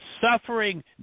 suffering